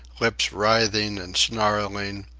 lips writhing and snarling,